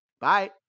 Bye